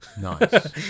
Nice